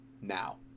now